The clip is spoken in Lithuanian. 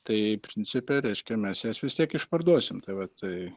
tai principe reiškia mes jas vis tiek išparduosim tai va tai